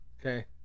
Okay